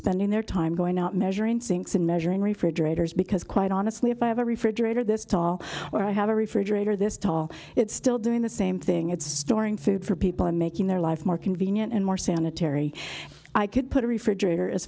spending their time going out measuring sinks and measuring refrigerators because quite honestly if i have a refrigerator this tall or i have a refrigerator this tall it's still doing the same thing it's storing food for people and making their life more convenient and more sanitary i could put a refrigerator as